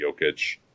Jokic